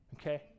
okay